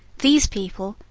these people,